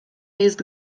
jest